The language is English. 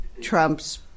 Trump's